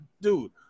dude